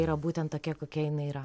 yra būtent tokia kokia jinai yra